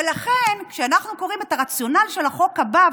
ולכן כשאנחנו קוראים את הרציונל של החוק הבא,